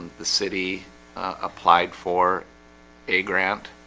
the city applied for a grant